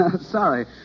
Sorry